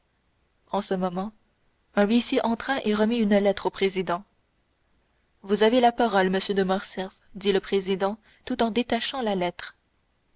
en ce moment un huissier entra et remit une lettre au président vous avez la parole monsieur de morcerf dit le président tout en décachetant la lettre